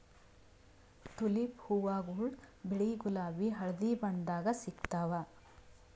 tulip ಹೂವಾಗೊಳ್ ಬಿಳಿ ಗುಲಾಬಿ ಹಳದಿ ಬಣ್ಣದಾಗ್ ಸಿಗ್ತಾವ್